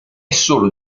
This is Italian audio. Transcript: solo